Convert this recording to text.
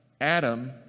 Adam